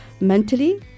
mentally